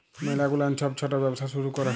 ম্যালা গুলান ছব ছট ব্যবসা শুরু ক্যরে